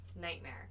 Nightmare